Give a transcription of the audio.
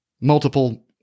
Multiple